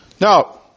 Now